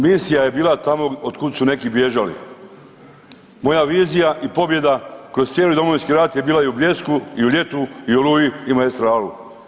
Moja misija je bila tamo od kud su neki bježali, moja vizija i pobjeda kroz cijeli Domovinski rat je bila i u Bljesku i u Ljetu i u Oluji i Maestralu.